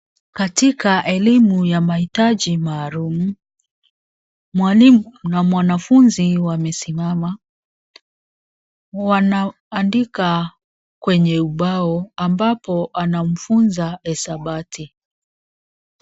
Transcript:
Katika elimu ya mahitaji maalumu. Mwalimu na mwanafunzi wamesimama. Wanaandika kwenye ubao ambapo anamfunza hesabati.